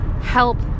help